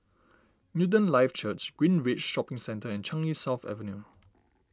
Newton Life Church Greenridge Shopping Centre and Changi South Avenue